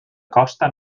costa